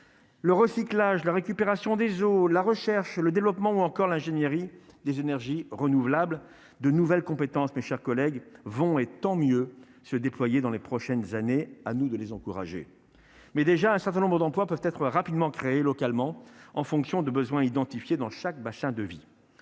Le recyclage, la récupération des eaux de la recherche, le développement ou encore l'ingénierie des énergies renouvelables, de nouvelles compétences, mes chers collègues vont et tant mieux se déployer dans les prochaines années à nous de les encourager, mais déjà un certain nombre d'emplois peuvent être rapidement créée localement en fonction des besoins identifiés dans chaque bassin de vie,